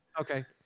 Okay